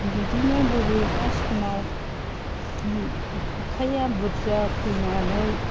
बिदिनो बबेबा समाव अखाया बुरजा फैनानै